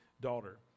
daughter